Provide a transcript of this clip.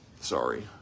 sorry